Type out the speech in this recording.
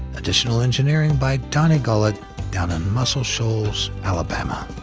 additional engineering by donnie gullet down in muscle shoals, alabama.